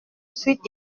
suite